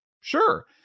sure